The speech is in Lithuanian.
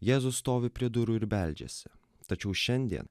jėzus stovi prie durų ir beldžiasi tačiau šiandien